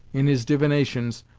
in his divinations,